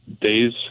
days